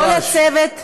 כל הצוות ביציעים,